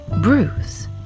Bruce